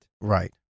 Right